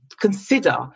consider